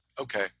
Okay